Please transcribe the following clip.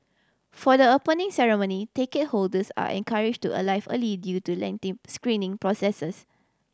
for the Opening Ceremony ticket holders are encourage to alive early due to lengthy screening processes